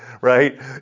right